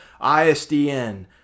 ISDN